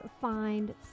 find